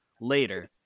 later